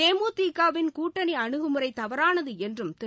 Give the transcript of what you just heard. தேமுதிகவின் கூட்டணி அனுகுமுறை தவறானது என்றும் திரு